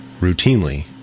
routinely